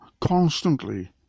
constantly